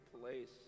place